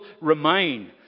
remain